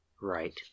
Right